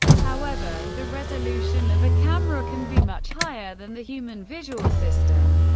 however, the resolution of a camera can be much higher than the human visual system,